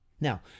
Now